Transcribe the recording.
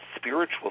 spiritual